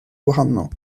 gwahanol